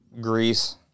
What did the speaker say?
Greece